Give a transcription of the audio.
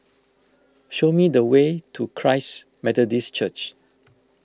show me the way to Christ Methodist Church